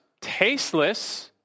tasteless